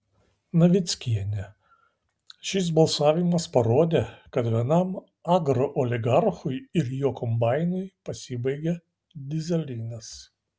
navickienė šis balsavimas parodė kad vienam agrooligarchui ir jo kombainui pasibaigė dyzelinas